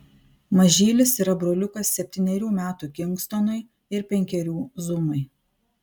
mažylis yra broliukas septynerių metų kingstonui ir penkerių zumai